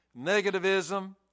negativism